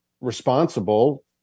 responsible